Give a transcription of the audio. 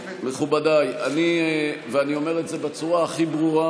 מכובדיי, ואני אומר את זה בצורה הכי ברורה: